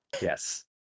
Yes